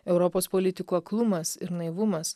europos politikų aklumas ir naivumas